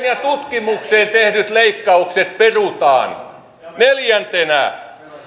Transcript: ja tutkimukseen tehdyt leikkaukset perutaan neljäntenä